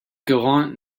gallant